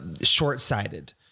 short-sighted